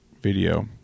video